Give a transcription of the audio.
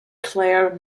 clare